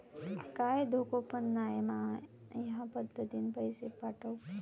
काय धोको पन नाय मा ह्या पद्धतीनं पैसे पाठउक?